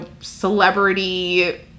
celebrity